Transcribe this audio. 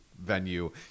venue